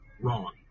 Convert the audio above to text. Wrong